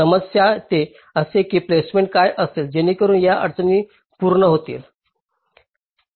समस्या ते असे की प्लेसमेंट काय असेल जेणेकरून या अडचणी पूर्ण होतील